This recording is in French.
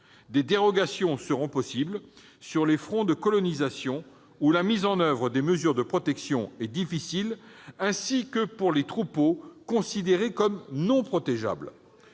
Des dérogations seront possibles sur les fronts de colonisation où la mise en oeuvre de mesures de protection est difficile, ainsi que pour les troupeaux considérés comme non protégeables.